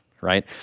right